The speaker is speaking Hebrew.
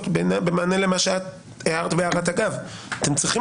במענה למה שאת הערת בהערת אגב אתם צריכים